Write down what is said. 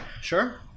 Sure